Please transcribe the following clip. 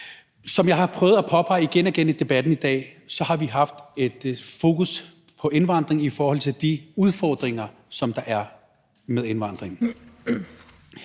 Som jeg har prøvet at påpege igen og igen i debatten i dag, har vi haft fokus på indvandring i forhold til de udfordringer, som der er med indvandring.